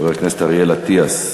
חבר הכנסת אריאל אטיאס.